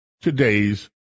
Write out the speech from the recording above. today's